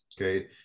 Okay